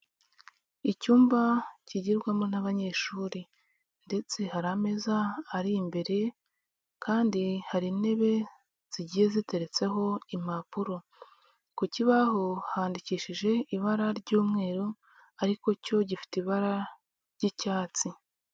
Icyumba kigirwamo n'abanyeshuri, ndetse hari ameza ari imbere kandi hari intebe zigiye ziteretseho impapuro, ku kibaho handikishije ibara ry'umweru ariko cyo gifite ibara ry'icyatsi.